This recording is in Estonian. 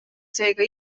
seega